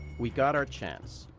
we got our chance.